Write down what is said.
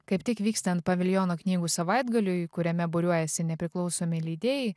kaip tik vykstant paviljono knygų savaitgaliui kuriame būriuojasi nepriklausomi leidėjai